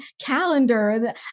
calendar